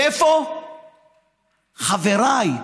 ואיפה חבריי,